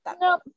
No